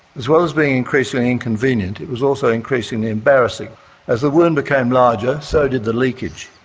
as well as being increasingly inconvenient it was also increasingly embarrassing as the wound became larger, so did the leakage.